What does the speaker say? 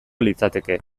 litzateke